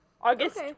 August